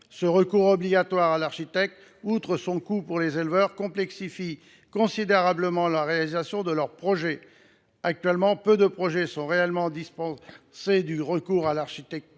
Ce recours obligatoire à un architecte, outre qu’il a un coût pour les éleveurs, complexifie considérablement la réalisation de leurs projets. Actuellement, peu de projets de bâtiments agricoles sont dispensés du recours à l’architecte,